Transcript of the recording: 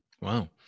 Wow